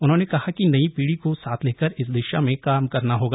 उन्होंने कहा कि नई पीढ़ी को साथ लेकर इस दिशा में काम करना होगा